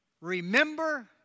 remember